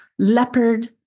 leopard